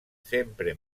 sempre